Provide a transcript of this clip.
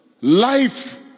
life